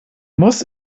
muss